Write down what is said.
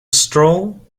stroll